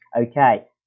okay